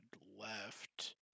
left